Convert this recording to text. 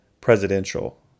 presidential